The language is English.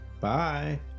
Bye